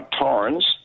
Torrens